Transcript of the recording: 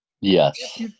Yes